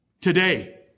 today